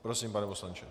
Prosím, pane poslanče.